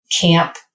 camp